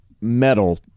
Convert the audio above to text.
metal